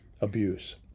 abuse